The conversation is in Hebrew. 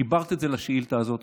חיברת את זה לשאילתה הזאת.